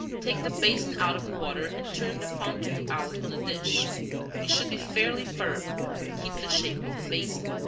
take the basin out of the water and turn the fondue out on a dish. it should be fairly firm and keep the shape of the basin.